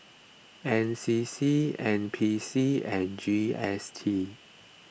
N C C N P C and G S T